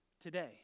today